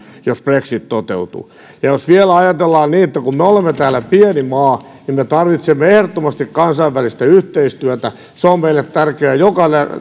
jos brexit toteutuu ja jos vielä ajatellaan niin että kun me olemme täällä pieni maa niin me tarvitsemme ehdottomasti kansainvälistä yhteistyötä se on meille tärkeää joka